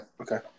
Okay